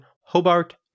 Hobart